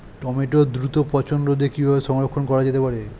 টমেটোর দ্রুত পচনরোধে কিভাবে সংরক্ষণ করা যেতে পারে?